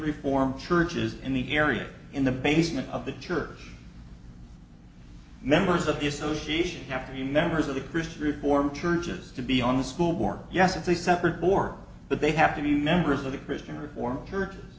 reform churches in the area in the basement of the church members of the association have to be members of the christian reformed church has to be on the school board yes it's a separate board but they have to be members of the christian reform church